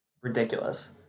Ridiculous